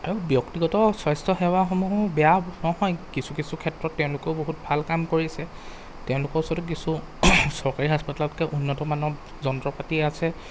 আৰু ব্যক্তিগত স্বাস্থ্যসেৱাসমূহো বেয়া নহয় কিছু কিছু ক্ষেত্ৰত তেওঁলোকেও বহুত ভাল কাম কৰিছে তেওঁলোকৰ ওচৰতো কিছু চৰকাৰী হাস্পাতালতকৈ উন্নতমানৰ যন্ত্ৰপাতি আছে